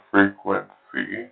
Frequency